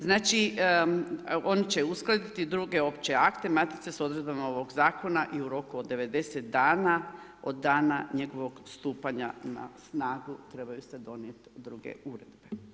Znači on će uskladiti druge opće akte matice s odredbama ovog zakona i u roku od 90 dana od dana njegovog stupanja na snagu, trebaju se donijeti druge uredbe.